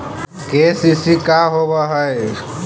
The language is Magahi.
के.सी.सी का होव हइ?